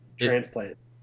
transplants